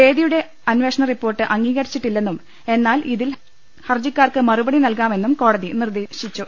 ബേദിയുടെ അന്വേഷണ റിപ്പോർട്ട് അംഗീകരിച്ചിട്ടില്ലെന്നും എന്നാൽ ഇതിൽ ഹർജിക്കാർക്ക് മറുപടി നൽകാമെന്നും കോടതി നിരീക്ഷിച്ചു